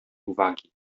uwagi